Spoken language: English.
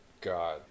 God